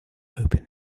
open